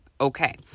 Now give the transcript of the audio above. Okay